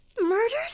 Murdered